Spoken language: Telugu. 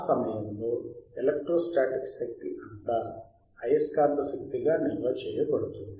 ఆ సమయంలో ఎలెక్ట్రోస్టాటిక్ శక్తి అంతా అయస్కాంత శక్తిగా నిల్వ చేయబడుతుంది